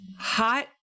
Hot